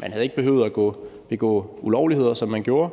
Man havde ikke behøvet at begå ulovligheder, som man gjorde,